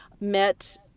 met